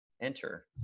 Enter